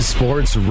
Sports